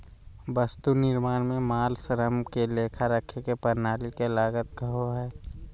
वस्तु निर्माण में माल, श्रम के लेखा रखे के प्रणाली के लागत कहो हइ